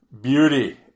beauty